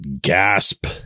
gasp